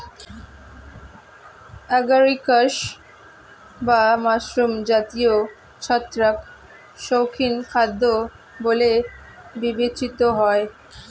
agaricus বা mushroom জাতীয় ছত্রাক শৌখিন খাদ্য বলে বিবেচিত হয়